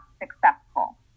successful